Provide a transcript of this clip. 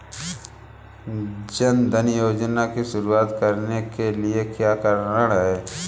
जन धन योजना की शुरुआत करने के पीछे क्या कारण था?